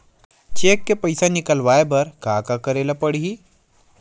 Cheque ले पईसा निकलवाय बर का का करे ल पड़हि?